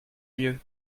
mieux